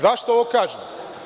Zašto ovo kažem?